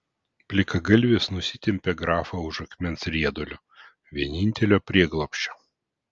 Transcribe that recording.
plikagalvis nusitempė grafą už akmens riedulio vienintelio prieglobsčio